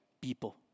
people